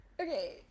Okay